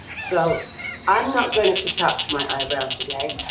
so i'm not going to to touch my eyebrows today.